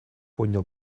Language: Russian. поднял